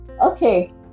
Okay